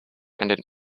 and